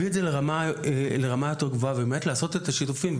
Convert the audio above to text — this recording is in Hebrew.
את זה לרמה יותר גבוה ובאמת לייצר את השיתופים,